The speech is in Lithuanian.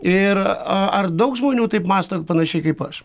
ir ar daug žmonių taip mąsto panašiai kaip aš